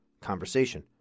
conversation